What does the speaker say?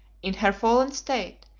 in her fallen state,